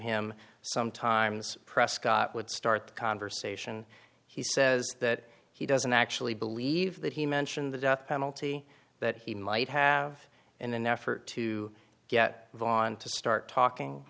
him sometimes prescott would start the conversation he says that he doesn't actually believe that he mentioned the death penalty that he might have in an effort to get von to start talking